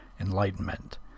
enlightenment